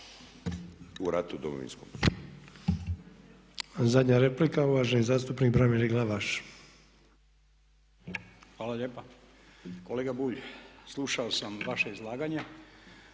u ratu Domovinskom.